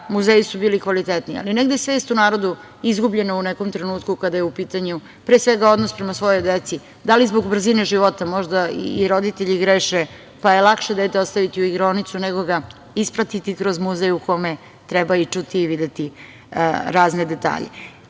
muzeji su bili kvalitetniji, ali je negde svest u narodu izgubljena u nekom trenutku kada je u pitanju pre svega odnos prema svojoj deci. Da li zbog brzine života, možda i roditelji greše, pa je lakše dete ostaviti u igraonicu, nego ga ispratiti kroz muzej u kome treba čuti i videti razne detalje. Posle